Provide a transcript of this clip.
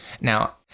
Now